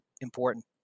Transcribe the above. important